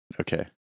Okay